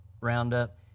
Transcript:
roundup